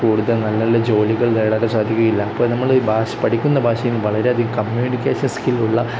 കൂടുതൽ നല്ല നല്ല ജോലികൾ നേടാനോ സാധിക്കുകയില്ല അപ്പോള് നമ്മള് ഈ പഠിക്കുന്ന ഭാഷയിൽ വളരെയധികം കമ്മ്യൂണിക്കേഷൻ സ്കില്ലുള്ള